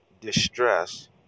distress